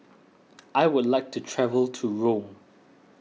I would like to travel to Rome